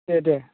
दे दे